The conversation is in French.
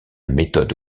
méthode